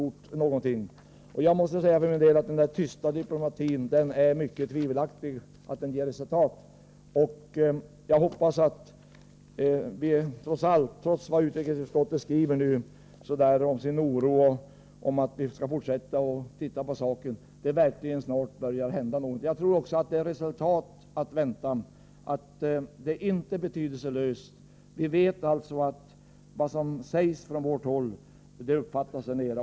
Jag tror för min del att det är mycket osäkert om den tysta diplomatin ger resultat. Utrikesutskottet skriver om den oro man känner och om att man skall fortsätta med att följa utvecklingen, men jag hoppas att det verkligen skall börja hända någonting snart. Jag tror att man kan förvänta sig resultat om man agerar — det är inte betydelselöst. Vi vet att man uppmärksammar vad som sägs från vårt håll.